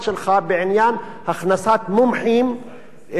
בעניין הכנסת מומחים מבחוץ,